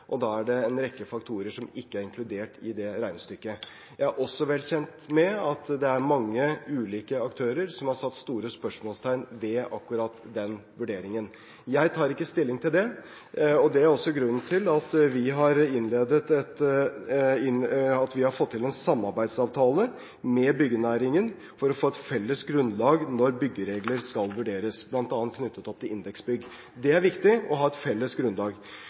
og da er det en rekke faktorer som ikke er inkludert i det regnestykket. Jeg er også vel kjent med at det er mange ulike aktører som har satt store spørsmålstegn ved akkurat den vurderingen. Jeg tar ikke stilling til det. Det er også grunnen til at vi har fått til en samarbeidsavtale med byggenæringen for å få et felles grunnlag når byggeregler skal vurderes, bl.a. knyttet opp til indeksbygg. Det er viktig å ha et felles grunnlag.